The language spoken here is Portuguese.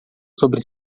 sobre